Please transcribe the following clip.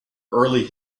early